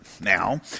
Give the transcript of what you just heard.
now